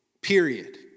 period